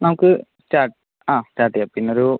നമുക്ക് സ്റ്റാർട്ട് ആ സ്റ്റാർട്ട് ചെയ്യാം പിന്നെ ഒരു